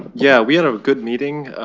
yeah. we had a good meeting.